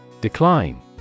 Decline